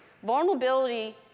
Vulnerability